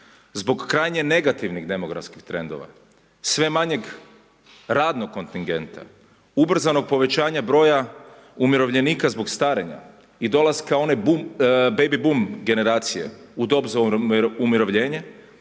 zbog krajnje negativnih demografskih trendova, sve manje radnog kontingenta, ubrzanog povećanja broja umirovljenika zbog starenja i dolaska one baby bum generacije u dob za umirovljenje